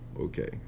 Okay